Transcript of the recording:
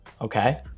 Okay